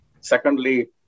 secondly